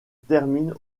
termine